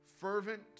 fervent